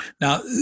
now